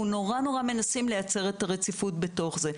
אנחנו נורא מנסים לייצר את הרציפות בתוך זה.